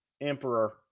emperor